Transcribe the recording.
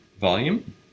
volume